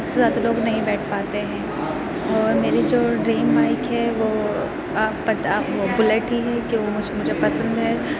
اُس پہ زیادہ لوگ نہیں بیٹھ پاتے ہیں اور میری جو ڈریم بائک ہے وہ پتہ آپ کو بلیٹ ہی ہے کہ وہ مجھے مجھے پسند ہے